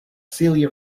celia